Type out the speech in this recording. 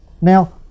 Now